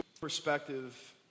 Perspective